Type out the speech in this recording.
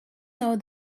though